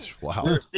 Wow